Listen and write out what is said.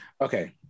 Okay